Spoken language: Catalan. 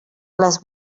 les